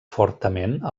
fortament